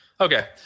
Okay